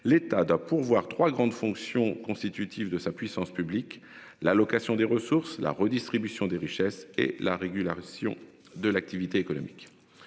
l'état d'un pourvoir 3 grandes fonctions constitutifs de sa puissance publique l'allocation des ressources, la redistribution des richesses et la régulation de l'activité économique.